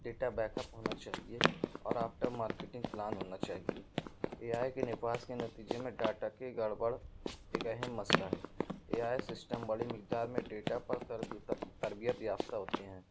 data back up ہونا چاہیے اور آفٹر مارکیٹنگ پلان ہونا چاہیے اے آئی کی نپواس کے نتیجے میں ڈاٹا کی گڑبڑ ایک اہم مسئلہ ہے اے آئی سسٹم بڑی مقدار میں ڈیٹا پر تربی تربیت یافتہ ہوتے ہیں